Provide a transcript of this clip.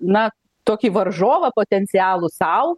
na tokį varžovą potencialų sau